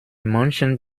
manchen